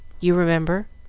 you remember.